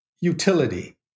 utility